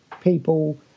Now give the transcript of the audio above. people